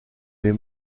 les